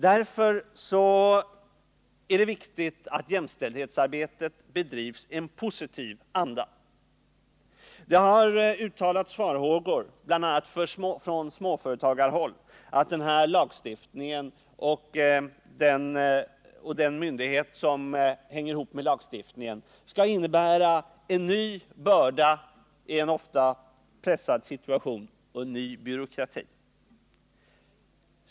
Därför är det viktigt att jämställdhetsarbetet bedrivs i en positiv anda. Det har uttalats farhågor bl.a. från småföretagarhåll för att denna lagstiftning och den myndighet som bygger på den skall innebära en ny börda i en ofta pressad situation och en ny byråkrati.